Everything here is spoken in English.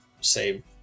save